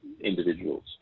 individuals